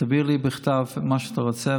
שתעביר לי בכתב את מה שאתה רוצה,